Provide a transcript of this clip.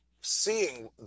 seeing